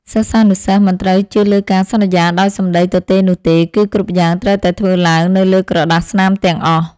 សិស្សានុសិស្សមិនត្រូវជឿលើការសន្យាដោយសម្តីទទេនោះទេ គឺគ្រប់យ៉ាងត្រូវតែធ្វើឡើងនៅលើក្រដាសស្នាមទាំងអស់។